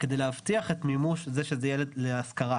כדי להבטיח את מימוש זה שזה יהיה להשכרה,